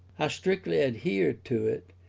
i strictly adhered to it,